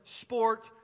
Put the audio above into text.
sport